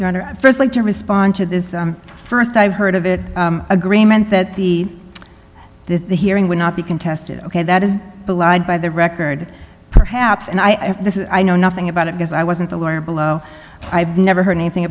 i first like to respond to this first i've heard of it agreement that the that the hearing would not be contested ok that is belied by the record perhaps and i know nothing about it because i wasn't the learner below i've never heard anything